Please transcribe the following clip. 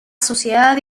sociedad